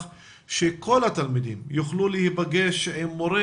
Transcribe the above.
שכל התלמידים יוכלו להיפגש עם מורה,